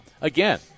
again